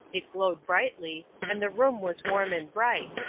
it glowed brightly, and the room was warm and bright,